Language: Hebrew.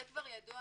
זה כבר ידוע,